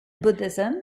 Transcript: buddhism